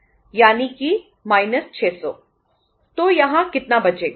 यानी कि 600 तो यहाँ कितना बचेगा